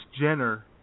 Jenner